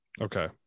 Okay